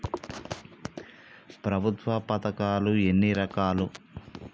ప్రభుత్వ పథకాలు ఎన్ని రకాలు?